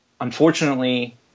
unfortunately